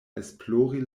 esplori